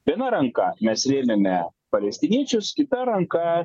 viena ranka mes rėmėme palestiniečius kita ranka